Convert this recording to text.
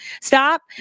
stop